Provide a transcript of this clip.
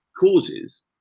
Causes